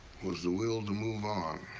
was the will to move on,